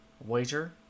wager